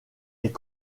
est